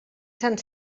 sant